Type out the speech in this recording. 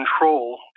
control